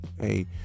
hey